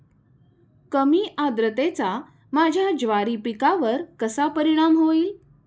कमी आर्द्रतेचा माझ्या ज्वारी पिकावर कसा परिणाम होईल?